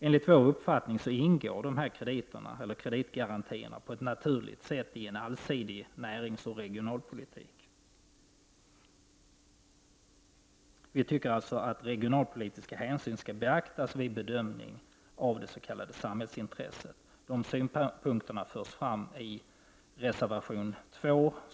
Enligt vår uppfattning ingår exportkreditgarantierna på ett naturligt sätt i en allsidig näringsoch regionalpolitik. Vi tycker alltså att regionalpolitiska hänsyn skall beaktas vid bedömning av det s.k. samhällsintresset. De synpunkterna förs fram i reservation 2.